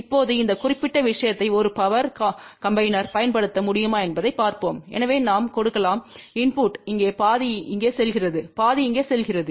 இப்போது இந்த குறிப்பிட்ட விஷயத்தை ஒரு பவர் கம்பினேர்பாகப் பயன்படுத்த முடியுமா என்பதைப் பார்ப்போம் எனவே நாம் கொடுக்கலாம் இன்புட் இங்கே பாதி இங்கே செல்கிறது பாதி இங்கே செல்கிறது